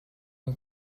این